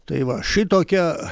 tai va šitokia